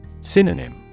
Synonym